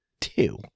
Two